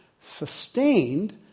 sustained